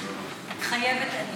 מתחייבת אני